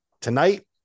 tonight